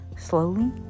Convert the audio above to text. slowly